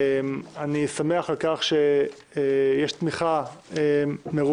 אני שמח על כך שיש תמיכה מרובה